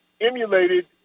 emulated